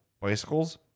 bicycles